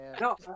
No